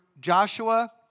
Joshua